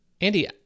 Andy